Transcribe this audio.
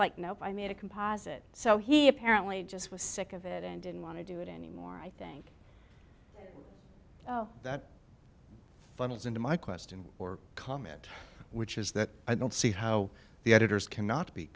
like nope i made a composite so he apparently just was sick of it and didn't want to do it anymore i think oh that funny is into my question or comment which is that i don't see how the editors cannot be